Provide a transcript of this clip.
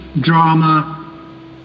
drama